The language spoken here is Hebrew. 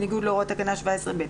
בניגוד להוראות תקנה 17(ב).